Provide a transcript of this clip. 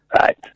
Right